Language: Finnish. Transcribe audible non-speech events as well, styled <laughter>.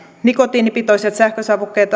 nikotiinipitoiset sähkösavukkeet <unintelligible>